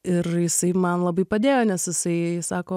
ir jisai man labai padėjo nes jisai sako